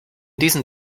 diesen